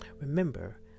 Remember